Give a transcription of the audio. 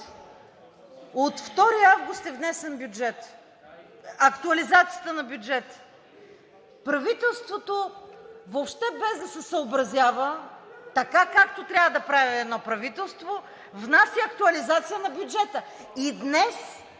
от 2 август е внесена актуализацията на бюджета. Правителството въобще без да се съобразява, както трябва да прави едно правителство, внася актуализацията на бюджета